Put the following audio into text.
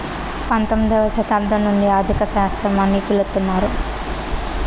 పంతొమ్మిదవ శతాబ్దం నుండి ఆర్థిక శాస్త్రం అని పిలుత్తున్నారు